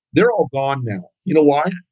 they're all born now. you know why?